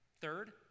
Third